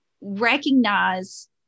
recognize